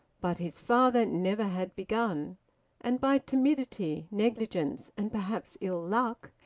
but his father never had begun and by timidity, negligence, and perhaps ill-luck,